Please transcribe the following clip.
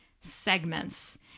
segments